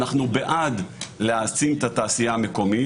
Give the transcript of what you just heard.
אנחנו בעד להעצים את התעשייה המקומית.